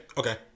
okay